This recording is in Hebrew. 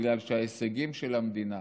בגלל שההישגים של המדינה